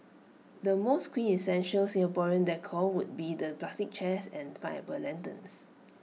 the most quintessential Singaporean decor would be the plastic chairs and pineapple lanterns